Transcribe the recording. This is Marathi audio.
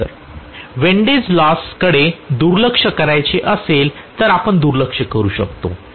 प्रोफेसर वेंडेज लॉज कडे दुर्लक्ष करायचे असेल तर आपण दुर्लक्ष करू शकतो